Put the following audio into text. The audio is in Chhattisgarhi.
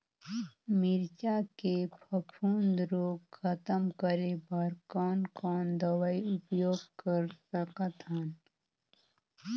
मिरचा के फफूंद रोग खतम करे बर कौन कौन दवई उपयोग कर सकत हन?